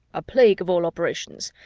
a plague of all operations!